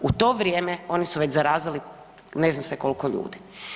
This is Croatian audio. U to vrijeme oni su već zarazili ne zna se koliko ljudi.